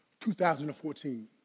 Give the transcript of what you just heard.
2014